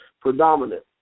predominant